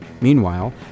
Meanwhile